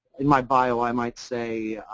in my bio i might say